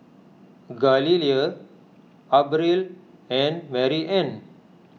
Galilea Abril and Maryann